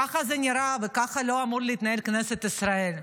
ככה זה נראה, וככה לא אמורה להתנהל כנסת ישראל.